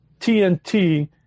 TNT